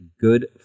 good